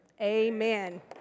Amen